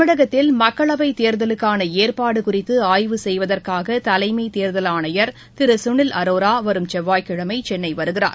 தமிழகத்தில் மக்களவைத் தேர்தலுக்கானஏற்பாடுகுறித்துஆய்வு செய்வதற்காகதலைமைதேர்தல் ஆணையர் திருசுனில் அரோராவரும் செவ்வாய்க்கிழமைசென்னைவருகிறார்